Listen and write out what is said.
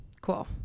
cool